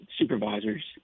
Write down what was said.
supervisors